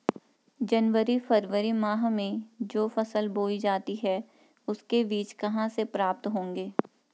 जनवरी फरवरी माह में जो फसल बोई जाती है उसके बीज कहाँ से प्राप्त होंगे?